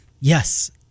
yes